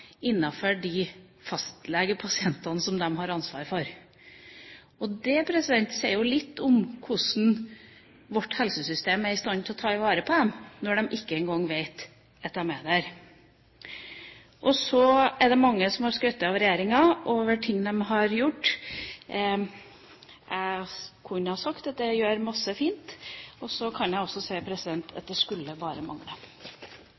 de fastlegepasientene som de har ansvaret for. Det sier jo litt om hvordan vårt helsesystem er i stand til å ta vare på dem, når de ikke engang vet at de er der. Og så er det mange som har skrytt av regjeringa, over ting den har gjort. Jeg kunne ha sagt at den gjør masse fint, men jeg kan også si: Det skulle bare mangle!